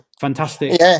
fantastic